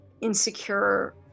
insecure